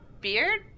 beard